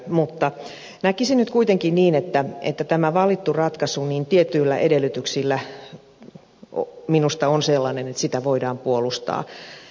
mutta näkisin nyt kuitenkin niin että tämä valittu ratkaisu tietyillä edellytyksillä minusta on sellainen että sitä voidaan puolustaa